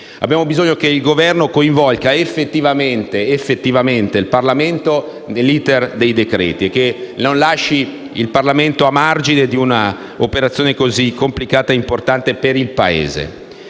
abbiamo bisogno che il Governo coinvolga effettivamente il Parlamento nell'*iter* dei decreti e che non lo lasci a margine di un'operazione così complicata e importante per il Paese.